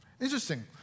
Interesting